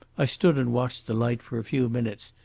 i stood and watched the light for a few minutes,